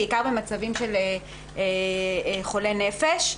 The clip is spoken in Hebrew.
בעיקר במצבים של מחלת נפש.